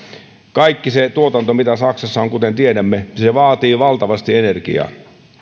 kaikki se tuotanto mitä saksassa on kuten tiedämme vaatii valtavasti energiaa